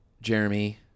Jeremy